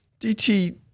DT